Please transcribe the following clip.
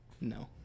No